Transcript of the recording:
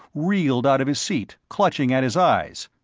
reeled out of his seat, clutching at his eyes.